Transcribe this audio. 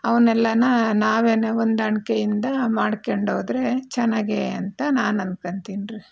ಅವನ್ನೆಲ್ಲನೂ ನಾವೇನೆ ಹೊಂದಾಣಿಕೆಯಿಂದ ಮಾಡ್ಕೊಂಡು ಹೋದರೆ ಚೆನ್ನಾಗೆ ಅಂತ ನಾನು ಅನ್ಕೊತೀನಿ ರೀ